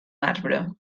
marbre